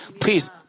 please